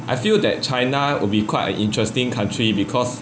I feel that china would be quite an interesting country because